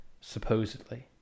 supposedly